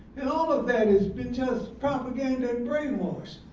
and all of that has been just propaganda and brainwash.